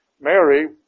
Mary